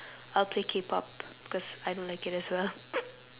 I'll play K-pop because I don't like it as well